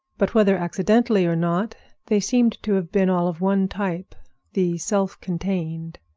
but whether accidentally or not, they seemed to have been all of one type the self-contained.